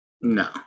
no